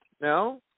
No